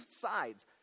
sides